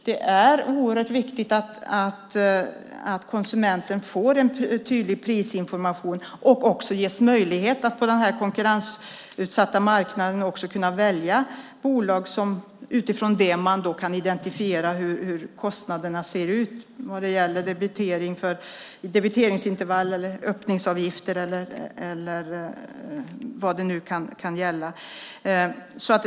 Det är oerhört viktigt att konsumenten får en tydlig prisinformation och också ges möjlighet att på den här konkurrensutsatta marknaden välja bolag utifrån att man kan identifiera hur kostnaderna ser ut vad gäller debiteringsintervall eller öppningsavgifter eller vad det nu kan gälla.